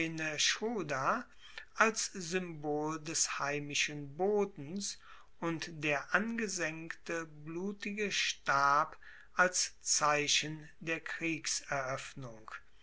als symbol des heimischen bodens und der angesengte blutige stab als zeichen der